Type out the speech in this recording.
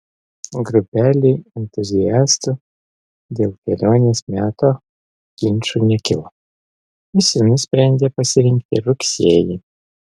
grupelei entuziastų dėl kelionės meto ginčų nekilo visi nusprendė pasirinkti rugsėjį